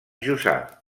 jussà